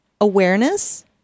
awareness